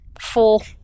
full